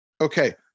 Okay